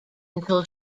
until